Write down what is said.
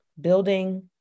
building